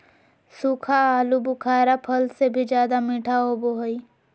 सूखा आलूबुखारा फल से भी ज्यादा मीठा होबो हइ